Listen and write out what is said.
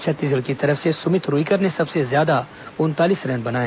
छत्तीसगढ़ की तरफ से सुमित रूईकर ने सबसे ज्यादा उनतालीस रन बनाए